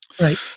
right